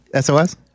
SOS